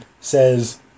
says